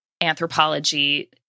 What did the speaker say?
anthropology